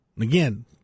again